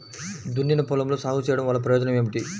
దున్నిన పొలంలో సాగు చేయడం వల్ల ప్రయోజనం ఏమిటి?